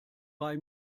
bei